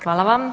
Hvala.